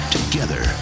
Together